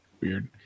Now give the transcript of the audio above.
weird